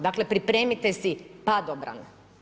Dakle pripremite si padobran.